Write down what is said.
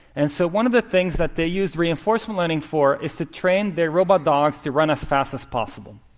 and so one of the things that they used reinforcement learning for is to train their robot dogs to run as fast as possible.